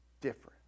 different